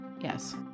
yes